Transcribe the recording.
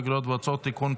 אגרות והוצאות (תיקון,